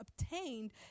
obtained